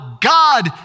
God